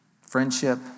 friendship